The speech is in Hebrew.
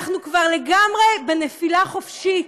אנחנו כבר לגמרי בנפילה חופשית.